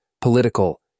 political